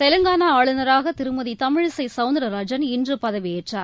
தெலங்கானா ஆளுநராக திருமதி தமிழிசை சவுந்தரராஜன் இன்று பதவியேற்றார்